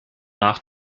nach